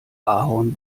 ahorn